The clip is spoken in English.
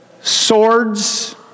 swords